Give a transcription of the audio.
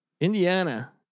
Indiana